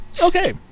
Okay